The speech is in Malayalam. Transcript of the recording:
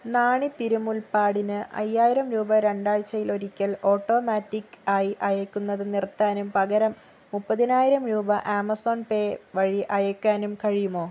നാണി തിരുമുൽപ്പാടിന് അയ്യായിരം രൂപ രണ്ടാഴ്ചയിലൊരിക്കൽ ഓട്ടോമാറ്റിക്ക് ആയി അയയ്ക്കുന്നത് നിർത്താനും പകരം മുപ്പതിനായിരം രൂപ ആമസോൺ പേ വഴി അയയ്ക്കാനും കഴിയുമോ